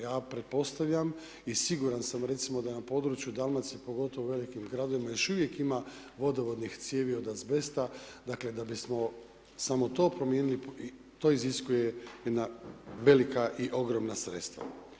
Ja pretpostavljam i siguran sam recimo da na području Dalmacije, pogotovo u velikim gradovima još uvijek ima vodovodnih cijevi od azbesta, dakle da bismo samo to promijenili to iziskuje jedna velika i ogromna sredstva.